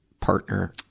partner